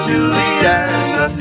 Juliana